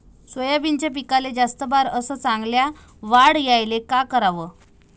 सोयाबीनच्या पिकाले जास्त बार अस चांगल्या वाढ यायले का कराव?